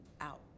out